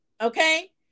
Okay